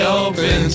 open